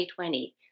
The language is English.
2020